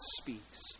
speaks